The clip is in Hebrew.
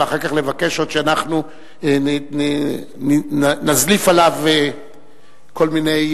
ואחר כך לבקש עוד שאנחנו נזליף עליו כל מיני